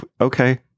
Okay